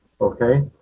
Okay